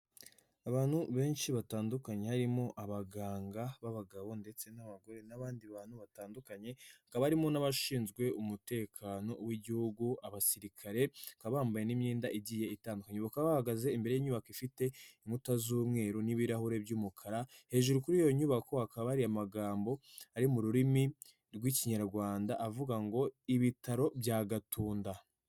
Abantu benshi batandukanye harimo abaganga b'abagabo ndetse n'abagore n'abandi bantu batandukanye, hakaba bari harimo n'abashinzwe umutekano w'igihugu abasirikare, baka bambaye n'imyenda igiye itandukanye, bakaba bahagaze imbere y'inyubako ifite inkuta z'umweru n'ibirahuri by'umukara, hejuru kuri iyo nyubako akaba ariya magambo ari mu rurimi rw'ikinyarwanda avuga ngo '' ibitaro bya gatunda.''